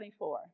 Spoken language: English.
24